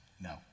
No